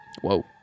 Whoa